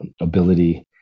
ability